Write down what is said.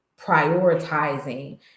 prioritizing